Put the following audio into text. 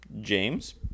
james